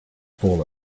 full